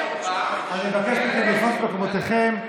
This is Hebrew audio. אני מבקש מכם לתפוס את מקומותיכם.